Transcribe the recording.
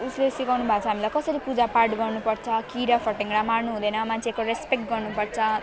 उसले सिकाउनुभएको छ हामीलाई कसरी पूजापाठ गर्नुपर्छ किरा फट्याङ्ग्रा मार्नु हुँदैन मान्छेको रेसपेक्ट गर्नुपर्छ